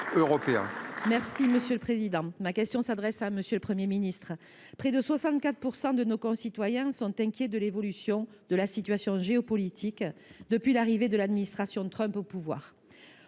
et Social Européen. Ma question s’adresse à M. le Premier ministre. Près de 64 % de nos concitoyens sont inquiets de l’évolution de la situation géopolitique depuis l’arrivée de l’administration Trump au pouvoir.